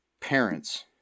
parents